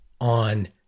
on